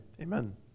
amen